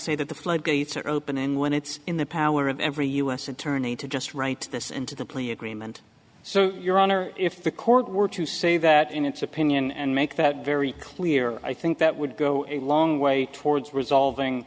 say that the floodgates are open and when it's in the power of every u s attorney to just write this into the plea agreement so your honor if the court were to say that in its opinion and make that very clear i think that would go a long way towards resolving